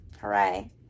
Hooray